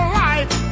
life